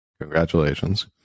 Congratulations